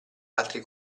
altri